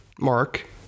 mark